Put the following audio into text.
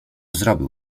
zrobił